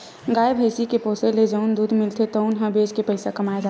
गाय, भइसी के पोसे ले जउन दूद मिलथे तउन ल बेच के पइसा कमाए जाथे